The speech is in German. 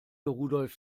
rudolf